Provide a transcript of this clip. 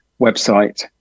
website